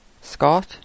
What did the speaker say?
Scott